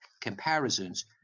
comparisons